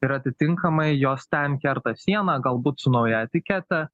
ir atitinkamai jos ten kerta sieną galbūt su nauja etikete